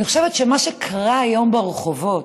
אני חושבת שמה שקרה היום ברחובות,